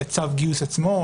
צו הגיוס עצמו,